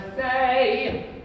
say